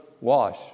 wash